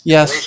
Yes